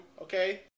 okay